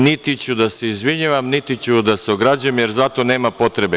Niti ću da se izvinjavam, niti ću da se ograđujem, jer za to nema potrebe.